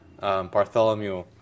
Bartholomew